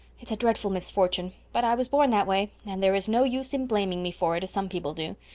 it's a dreadful misfortune, but i was born that way, and there is no use in blaming me for it, as some people do.